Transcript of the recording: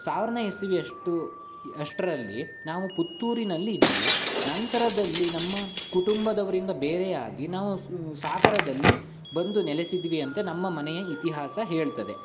ಸಾವಿರನೇ ಇಸವಿಯಷ್ಟು ಅಷ್ಟರಲ್ಲಿ ನಾವು ಪುತ್ತೂರಿನಲ್ಲಿ ಇದ್ವಿ ನಂತರದಲ್ಲಿ ನಮ್ಮ ಕುಟುಂಬದವರಿಂದ ಬೇರೆಯಾಗಿ ನಾವು ಸ್ ಸಾಗರದಲ್ಲಿ ಬಂದು ನೆಲೆಸಿದ್ವಿ ಅಂತ ನಮ್ಮ ಮನೆಯ ಇತಿಹಾಸ ಹೇಳ್ತದೆ